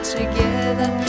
together